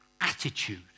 attitude